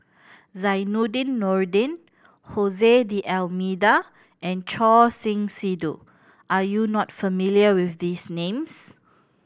Zainordin Nordin D'Almeida and Choor Singh Sidhu are you not familiar with these names